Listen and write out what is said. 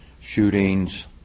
Shootings